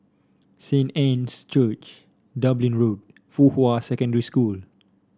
Saint Anne's Church Dublin Road Fuhua Secondary School